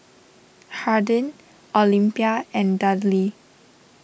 Harding Olympia and Dudley